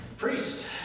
Priest